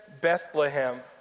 Bethlehem